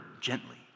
gently